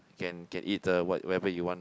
can can eat the what whenever you want